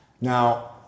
Now